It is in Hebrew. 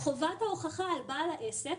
חובת ההוכחה על בעל העסק,